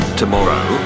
tomorrow